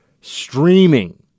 streaming